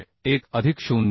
1 अधिक 0